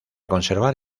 conservar